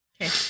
Okay